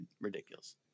ridiculous